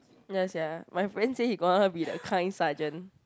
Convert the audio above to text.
ya sia my friend say he don't want be the kind sergeant